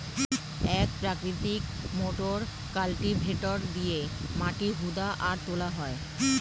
এক প্রকৃতির motor cultivator দিয়ে মাটি হুদা আর তোলা হয়